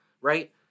right